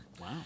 Wow